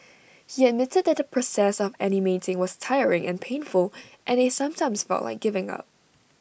he admitted that the process of animating was tiring and painful and they sometimes felt like giving up